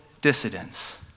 dissidents